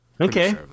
Okay